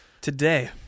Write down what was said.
Today